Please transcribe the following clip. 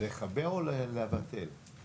את התחקיר הזה העברתם למבקר המדינה?